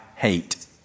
Hate